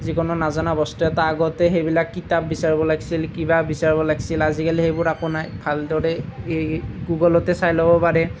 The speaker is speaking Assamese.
যিকোনো নাজানা বস্তু এটা আগতে সেইবিলাক কিতাপ বিচাৰিব লাগিছিল কিবা বিচাৰিব লাগিছিল আজিকালি সেইবোৰ একো নাই ভালদৰে এই গুগলতে চাই ল'ব পাৰে